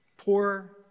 Poor